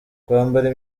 kwambara